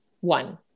One